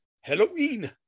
Halloween